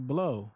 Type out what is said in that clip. Blow